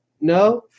no